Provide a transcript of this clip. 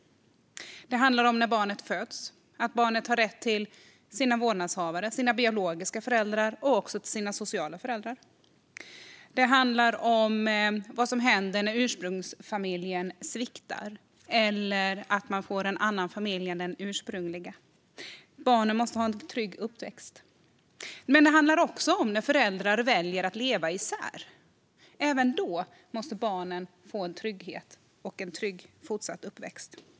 Det handlar om när barnet föds, det vill säga att barnet har rätt till sina vårdnadshavare, sina biologiska föräldrar och sina sociala föräldrar. Det handlar om vad som händer när ursprungsfamiljen sviktar eller om barnet får en annan familj än den ursprungliga. Barnet måste ha en trygg uppväxt. Men det handlar också om när föräldrar väljer att leva isär. Även då måste barnet få en trygg fortsatt uppväxt.